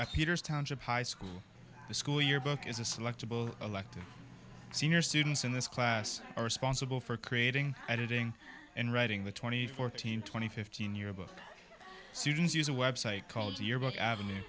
peters township high school the school yearbook is a selectable elective senior students in this class are responsible for creating editing and writing the twenty fourteen twenty fifteen year book students use a website called yearbook avenue